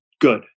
good